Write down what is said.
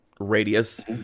radius